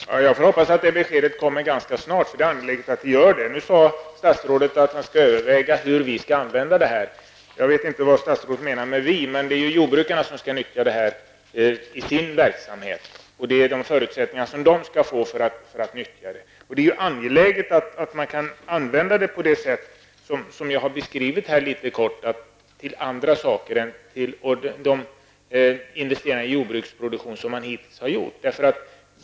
Fru talman! Jag får hoppas att ett besked kommer ganska snart, för det är angeläget att så sker. Statsrådet sade att han skall överväga hur ''vi'' skall använda pengarna. Jag vet inte vad statsrådet menar det ''vi''. Det är jordbrukarna som skall nyttja detta i sin verksamhet på det sätt som förutsättningarna medger. Det är angeläget att man kan använda det på det sätt som jag har beskrivit i korthet, alltså även till andra ändamål än att investera jordbruksproduktion, vilket man hittills har gjort.